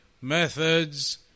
methods